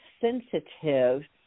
sensitive